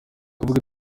kuvuga